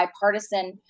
bipartisan